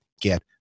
get